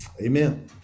amen